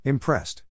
Impressed